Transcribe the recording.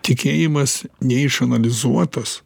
tikėjimas neišanalizuotas